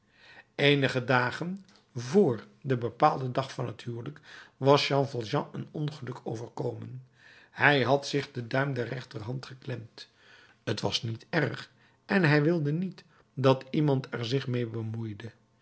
eenige dagen vr den bepaalden dag van het huwelijk was jean valjean een ongeluk overkomen hij had zich den duim der rechterhand geklemd t was niet erg en hij wilde niet dat iemand er zich mee bemoeide